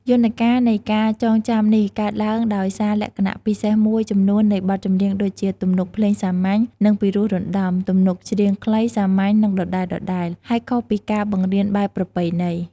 យន្តការនៃការចងចាំនេះកើតឡើងដោយសារលក្ខណៈពិសេសមួយចំនួននៃបទចម្រៀងដូចជា ទំនុកភ្លេងសាមញ្ញ និងពិរោះរណ្ដំ ទំនុកច្រៀងខ្លី សាមញ្ញ និងដដែលៗ ហើយខុសពីការបង្រៀនបែបប្រពៃណី។